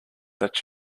that